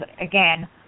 again